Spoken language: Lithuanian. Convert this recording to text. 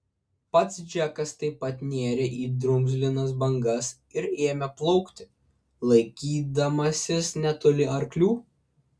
pats džekas taip pat nėrė į drumzlinas bangas ir ėmė plaukti laikydamasis netoli arklių